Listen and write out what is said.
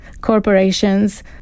corporations